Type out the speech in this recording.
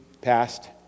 passed